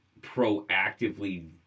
proactively